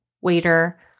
waiter